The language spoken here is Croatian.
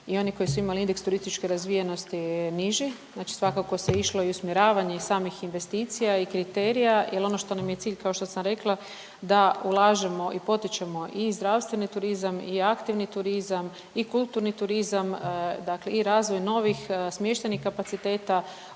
i oni koji su imali indeks turističke razvijenosti niži, znači svakako se išlo i u usmjeravanje i samih investicija i kriterija jer ono što nam je cilj kao što sam rekla da ulažemo i potičemo i zdravstveni turizam i aktivni turizam i kulturni turizam i razvoj novih smještajnih kapaciteta,